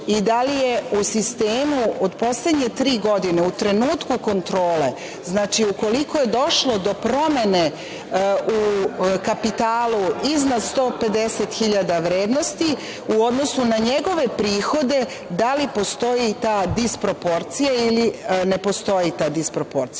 i da li je u sistemu od poslednje tri godine u trenutku kontrole, znači, ukoliko je došlo do promene u kapitalu iznad 150.000 vrednosti u odnosu na njegove prihode da li postoji ta disproporcija ili ne postoji ta disproporcija. Ukoliko